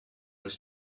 was